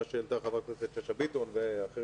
נושא שהעלתה חברת הכנסת שאשא ביטון ואחרים.